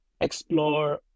explore